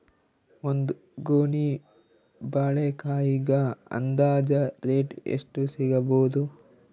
ಒಂದ್ ಗೊನಿ ಬಾಳೆಕಾಯಿಗ ಅಂದಾಜ ರೇಟ್ ಎಷ್ಟು ಸಿಗಬೋದ?